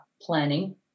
planning